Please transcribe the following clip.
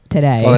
today